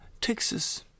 Texas